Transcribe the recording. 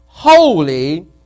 Holy